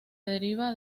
deriva